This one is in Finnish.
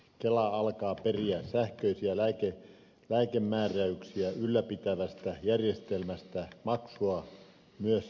kela alkaa periä sähköisiä lääkemääräyksiä ylläpitävästä järjestelmästä maksua myös apteekeista